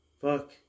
fuck